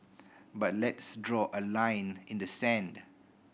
but let's draw a line in the sand